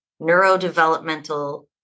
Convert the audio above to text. neurodevelopmental